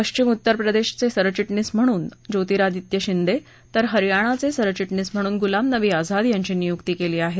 पश्चिम उत्तरप्रदेशाचे सरचिटणीस म्हणून ज्योतिरादित्य शिंदे तर हरियाणाचे सरचिटणीस म्हणून गुलाम नवी आझाद यांची नियुक्ती केली आहे